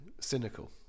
cynical